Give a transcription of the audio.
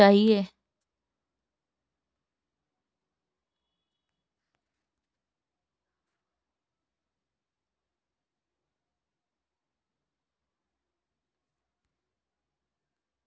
मुझे बैंक में न्यूनतम बैलेंस कितना रखना चाहिए?